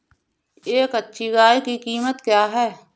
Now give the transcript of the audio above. एक अच्छी गाय की कीमत क्या है?